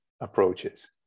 approaches